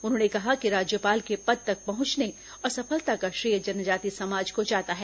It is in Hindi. उन्होंने कहा कि राज्यपाल के पद तक पहुंचने और सफलता का श्रेय जनजाति समाज को जाता है